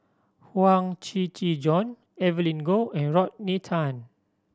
Huang Shiqi Joan Evelyn Goh and Rodney Tan